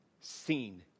seen